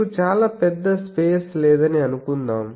మీకు చాలా పెద్ద స్పేస్ లేదని అనుకుందాం